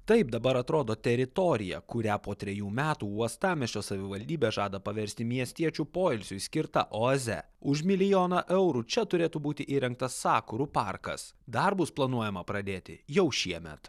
taip dabar atrodo teritorija kurią po trejų metų uostamiesčio savivaldybė žada paversti miestiečių poilsiui skirtą oazę už milijoną eurų čia turėtų būti įrengtas sakurų parkas darbus planuojama pradėti jau šiemet